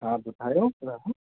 हा ॿुधायो ॿुधायो